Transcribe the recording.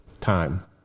time